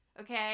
okay